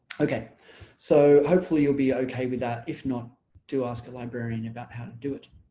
okay so hopefully you'll be ok with that if not to ask a librarian about how to do it.